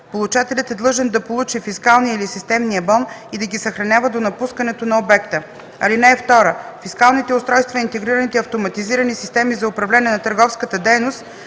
Получателят е длъжен да получи фискалния или системния бон и да ги съхранява до напускането на обекта. (2) Фискалните устройства и интегрираните автоматизирани системи за управление на търговската дейност